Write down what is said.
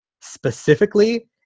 specifically